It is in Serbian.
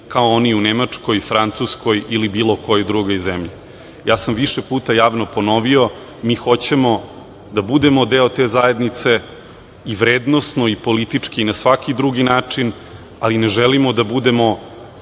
kao oni u Nemačkoj, Francuskoj, ili bilo kojoj drugoj zemlji. Više puta sam javno ponovio mi hoćemo da budemo deo te zajednice i vrednosno i politički i na svaki drugi način, ali ne želimo da budemo